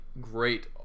great